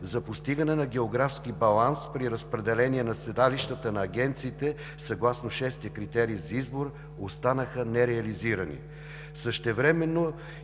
за постигане на географски баланс при разпределение на седалищата на агенциите, съгласно шести критерий за избор, останаха нереализирани.